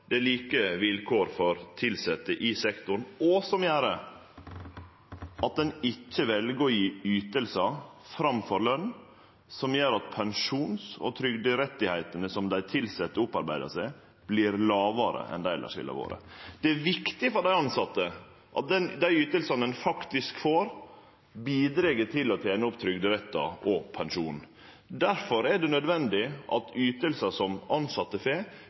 det er like vilkår for tilsette i sektoren, og som gjer at ein ikkje vel å gje ytingar framfor løn, som gjer at pensjons- og trygderettane dei tilsette har opparbeidd seg, vert lågare enn dei elles ville ha vorte. Det er viktig for dei tilsette at dei ytingane ein faktisk får, bidreg til at ein tener opp trygderettar og pensjon. Difor er det nødvendig at ytingar som